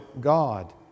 God